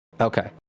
Okay